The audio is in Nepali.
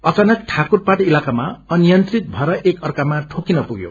अचानक ठाकुरपाट इलाकामा अनियंन्त्रत भएर एक अर्कामा ठोकिन प्रयो